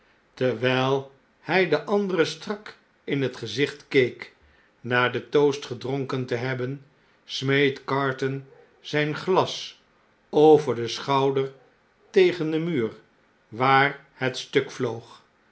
terwijl hij den anderen strak in het gezicht keek na den toast gedronken te hebben smeet carton zijn glas over den schouder tegen den muur waar het stuk vloog